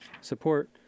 support